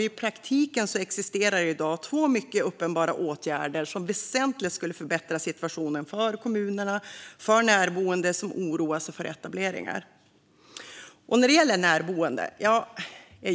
I praktiken existerar i dag två mycket uppenbara åtgärder som väsentligt skulle förbättra situationen för kommunerna och för närboende som oroar sig för etableringar.